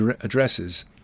addresses